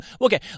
okay